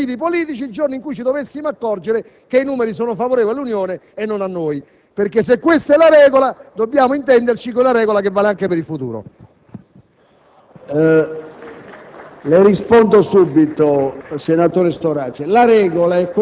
e siccome sono dimissioni per motivi politici, ci sentiremo tutti legittimati ad intervenire per motivi politici il giorno in cui ci dovessimo accorgere che i numeri sono favorevoli all'Unione è non a noi. Infatti, se questa è la regola, dobbiamo intenderci che è una regola che vale anche per il futuro.